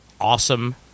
awesome